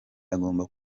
agomba